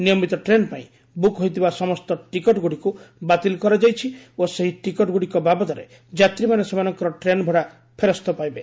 ନିୟମିତ ଟ୍ରେନ୍ ପାଇଁ ବୁକ୍ ହୋଇଥିବା ସମସ୍ତ ଟିକଟଗୁଡ଼ିକୁ ବାତିଲ କରାଯାଇଛି ଓ ସେହି ଟିକଟଗୁଡ଼ିକ ବାବଦରେ ଯାତ୍ରୀମାନେ ସେମାନଙ୍କର ଟ୍ରେନ୍ଭଡା ଫେରସ୍ତ ପାଇବେ